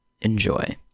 Enjoy